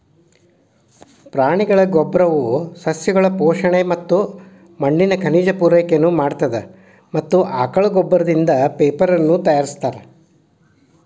ಪ್ರಾಣಿಗಳ ಗೋಬ್ಬರವು ಸಸ್ಯಗಳು ಪೋಷಣೆ ಮತ್ತ ಮಣ್ಣಿನ ಖನಿಜ ಪೂರೈಕೆನು ಮಾಡತ್ತದ ಮತ್ತ ಆಕಳ ಗೋಬ್ಬರದಿಂದ ಪೇಪರನು ತಯಾರಿಸ್ತಾರ